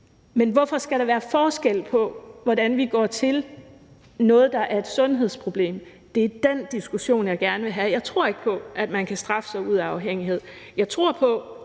Men hvorfor skal der være forskel på, hvordan vi går til noget, der er et sundhedsproblem? Det er den diskussion, jeg gerne vil have. Jeg tror ikke på, at man kan straffe sig ud af afhængighed.